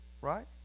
Right